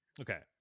Okay